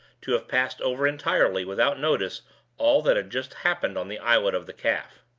to have passed over entirely without notice all that had just happened on the islet of the calf.